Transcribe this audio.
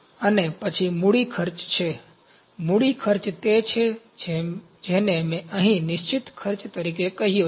અને પછી મૂડી ખર્ચ છે મૂડી ખર્ચ તે છે જેને મેં અહીં નિશ્ચિત ખર્ચ તરીકે કહ્યો છે